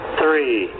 three